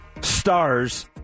stars